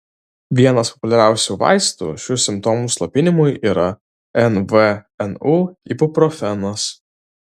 vienas populiariausių vaistų šių simptomų slopinimui yra nvnu ibuprofenas